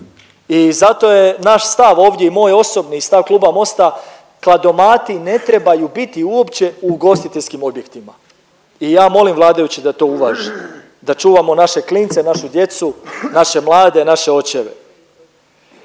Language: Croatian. I zato je naš stav ovdje i moj osobno i stav Kluba MOST-a kladomati ne trebaju biti uopće u ugostiteljskim objektima i ja molim vladajuće da to uvaže, da čuvamo naše klince, našu djecu, naše mlade, naše očeve.